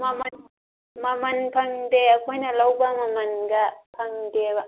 ꯃꯃꯜ ꯃꯃꯜ ꯐꯪꯗꯦ ꯑꯩꯈꯣꯏꯅ ꯂꯧꯕ ꯃꯃꯜꯗ ꯐꯪꯗꯦꯕ